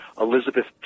Elizabeth